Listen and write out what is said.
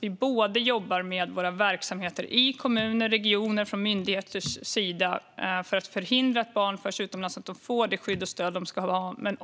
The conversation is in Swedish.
Vi jobbar med våra verksamheter i kommuner och regioner och från myndigheters sida för att förhindra att barn förs utomlands och för att de får det skydd och stöd de ska ha. Men